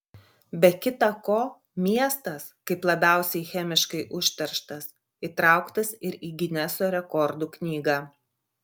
be kitą ko miestas kaip labiausiai chemiškai užterštas įtraukas ir į gineso rekordų knygą